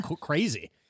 crazy